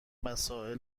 مساعی